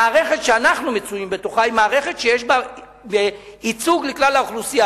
המערכת שאנחנו מצויים בתוכה היא מערכת שיש בה ייצוג לכלל האוכלוסייה,